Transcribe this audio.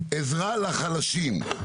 עזרה לחלשים.